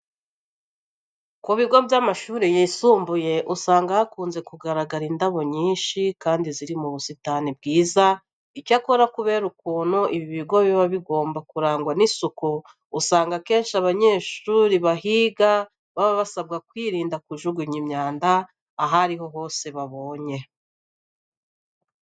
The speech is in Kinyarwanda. Ku bigo by'amashuri yisumbuye usanga hakunze kugaragara indabo nyinshi kandi ziri mu busitani bwiza. Icyakora kubera ukuntu ibi bigo biba bigomba kurangwa n'isuku, usanga akenshi abanyeshuri bahiga baba basabwa kwirinda kujugunya imyanda aho ari ho hose babonye.